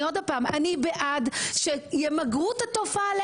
אני בעד שימגרו את התופעה,